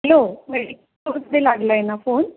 hello medical स्टोरमध्ये लागला आहे ना फोन